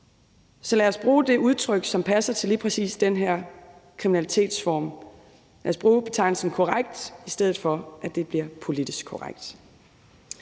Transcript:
Så lad os bruge det udtryk, som passer til lige præcis den her kriminalitetsform; lad os bruge betegnelsen korrekt, i stedet for at det bliver politisk korrekt.